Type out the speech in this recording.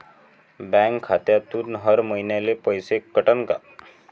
Bank खात्यातून हर महिन्याले पैसे कटन का?